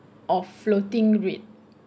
of floating rate